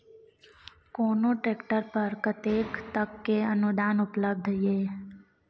कोनो ट्रैक्टर पर कतेक तक के अनुदान उपलब्ध ये?